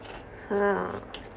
!huh!